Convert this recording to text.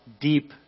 deep